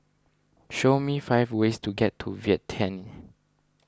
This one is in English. show me five ways to get to Vientiane